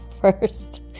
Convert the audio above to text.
first